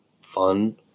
fun